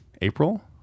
April